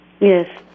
Yes